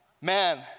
Man